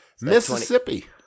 Mississippi